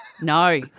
No